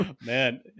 man